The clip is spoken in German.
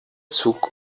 zug